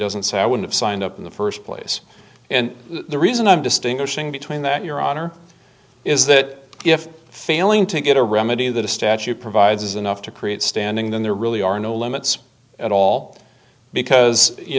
doesn't say i would have signed up in the first place and the reason i'm distinguishing between that your honor is that if failing to get a remedy that a statute provides is enough to create standing then there really are no limits at all because you